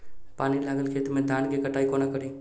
पानि लागल खेत मे धान केँ कटाई कोना कड़ी?